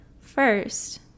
First